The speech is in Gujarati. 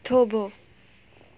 થોભો